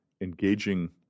engaging